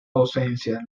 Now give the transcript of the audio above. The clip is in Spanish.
docencia